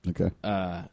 Okay